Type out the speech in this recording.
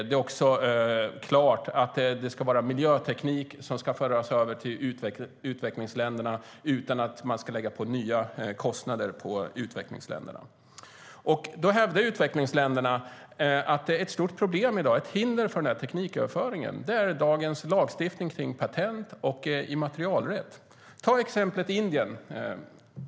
Det är också klart att det ska vara miljöteknik som ska föras över till utvecklingsländerna utan att nya kostnader ska läggas på utvecklingsländerna. Utvecklingsländerna hävdar då att ett stort problem i dag, ett hinder för tekniköverföringen, är dagens lagstiftning om patent och immaterialrätt. Låt oss ta Indien som exempel.